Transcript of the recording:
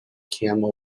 camel